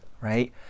right